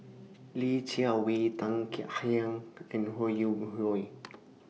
Li Jiawei Tan Kek Hiang and Ho Yuen Hoe